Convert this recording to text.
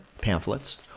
pamphlets